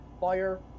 fire